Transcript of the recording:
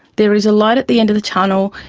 there is a light at the end of the tunnel.